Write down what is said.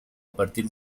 partir